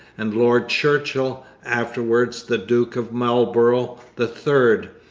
and lord churchill, afterwards the duke of marlborough, the third.